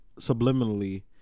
subliminally